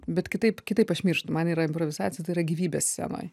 bet kitaip kitaip aš mirštu man yra improvizacija tai yra gyvybė scenoj